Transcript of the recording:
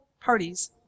parties